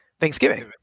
Thanksgiving